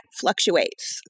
fluctuates